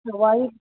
सवाई